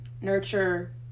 nurture